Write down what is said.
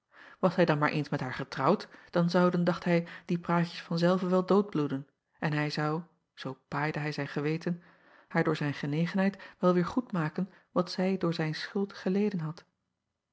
as hij dan maar eens met haar getrouwd dan zouden dacht hij die praatjes van zelve wel doodbloeden en hij zou zoo paaide hij zijn geweten haar door zijn genegenheid wel weêr goedmaken wat zij door zijn schuld geleden had